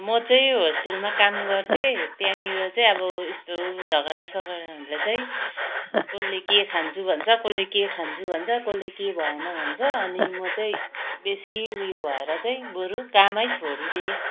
म चाहिँ होस्टेलमा काम गर्थेँ त्यहाँनिर चाहिँ अब यस्तो झगडा सगडा हुँदा चाहिँ कसले के खान्छु भन्छ कसले के खान्छु भन्छ कसले के भएन भन्छ अनि म चाहिँ बेसी उयो भएर चाहिँ बरू कामै छोडिदिएँ